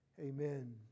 amen